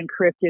encrypted